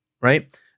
right